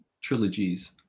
trilogies